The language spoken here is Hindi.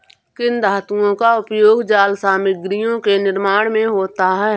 किन धातुओं का उपयोग जाल सामग्रियों के निर्माण में होता है?